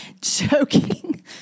Joking